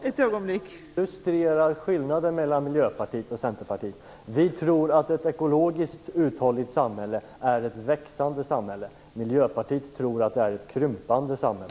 Fru talman! Det illustrerar skillnaden mellan Miljöpartiet och Centerpartiet. Vi tror att ett ekologiskt uthålligt samhälle är ett växande samhälle. Miljöpartiet tror att det är ett krympande samhälle.